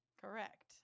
Correct